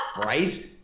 Right